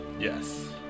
Yes